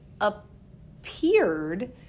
appeared